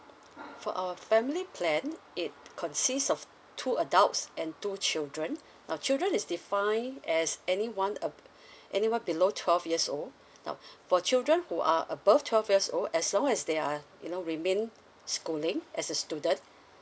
for our family plan it consists of two adults and two children now children is defined as anyone ab~ anyone below twelve years old now for children who are above twelve years old as long as they are you know remained schooling as a student